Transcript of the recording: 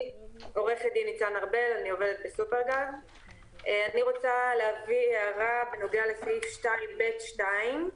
אני רוצה להעיר בנוגע לסעיף 2(ב)(2).